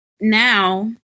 now